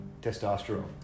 testosterone